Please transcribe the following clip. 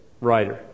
writer